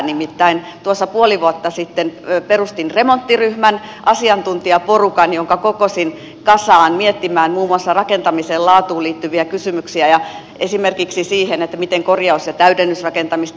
nimittäin tuossa puoli vuotta sitten perustin remonttiryhmän asiantuntijaporukan jonka kokosin kasaan miettimään muun muassa rakentamisen laatuun liittyviä kysymyksiä ja esimerkiksi sitä miten korjaus ja täydennysrakentamista edistetään